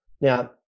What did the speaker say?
Now